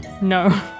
No